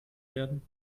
werden